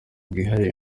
bwihariye